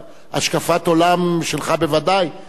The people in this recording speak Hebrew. אבל אני אומר שזה לא הגיוני מבחינה חברתית.